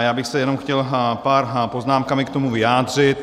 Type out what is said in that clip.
Já bych se jenom chtěl pár poznámkami k tomu vyjádřit.